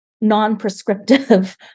Non-prescriptive